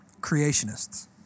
creationists